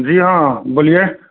जी हँ बोलिये